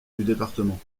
département